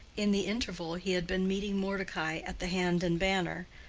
in the interval, he had been meeting mordecai at the hand and banner,